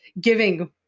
giving